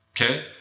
okay